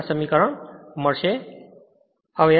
હવે Smax ને 0